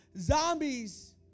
zombies